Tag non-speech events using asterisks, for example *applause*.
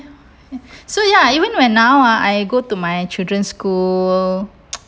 so ya even when now ah I go to my children's school *noise*